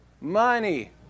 Money